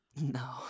No